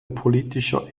politischer